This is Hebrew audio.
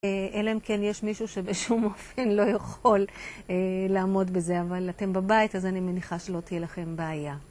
אלא אם כן יש מישהו שבשום אופן לא יכול לעמוד בזה, אבל אתם בבית אז אני מניחה שלא תהיה לכם בעיה.